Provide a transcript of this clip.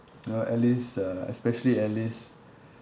uh alice uh especially alice